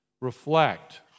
reflect